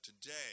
today